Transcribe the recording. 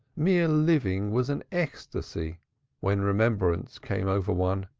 mere living was an ecstasy when remembrance came over one,